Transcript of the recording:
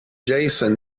jason